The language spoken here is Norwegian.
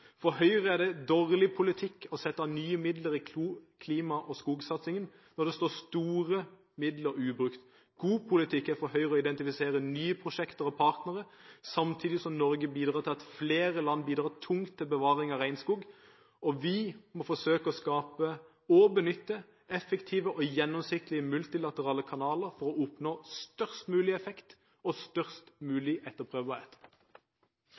For Høyre er det dårlig politikk å sette av nye midler til klima- og skogsatsingen når det står store midler ubrukt. God politikk for Høyre er å identifisere nye prosjekter og partnere, samtidig som Norge bidrar til at flere land bidrar tungt til bevaring av regnskog. Vi må forsøke å skape og benytte effektive og gjennomsiktige multilaterale kanaler for å oppnå størst mulig effekt og størst